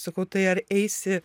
sakau tai ar eisi